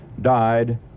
died